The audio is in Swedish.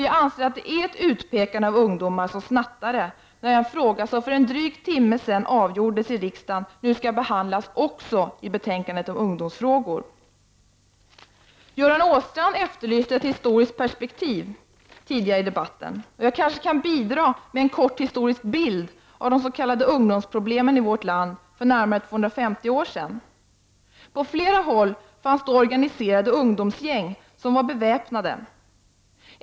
Jag anser att det är ett utpekande av ungdomar som snattare när den fråga som för en dryg timme sedan avgjordes i denna kammare nu skall behandlas även i betänkandet om ungdomsfrågor. Tidigare under debatten efterlyste Göran Åstrand ett historiskt perspektiv. Jag kan kanske bidra med en kort historisk bild av de s.k. ungdomsproblemen i vårt land för närmare 250 år sedan. På flera håll fanns då organiserade ungdomsgäng som var beväpnade.